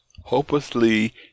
hopelessly